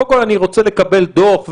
קודם כול אני רוצה לקבל דוח,